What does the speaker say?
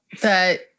that-